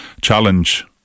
challenge